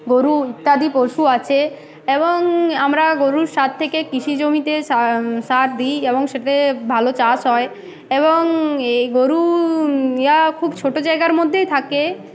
গরু ইত্যাদি পশু আছে এবং আমরা গরুর সার থেকে কৃষি জমিতে সার দিই এবং সেটাতে ভালো চাষ হয় এবং এই গরু ইয়া খুব ছোটো জায়গার মধ্যেই থাকে